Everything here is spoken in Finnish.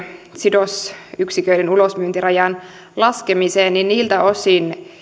sidosyksiköiden ulosmyyntirajan laskemiseen ja niiltä osin